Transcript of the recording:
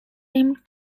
rimmed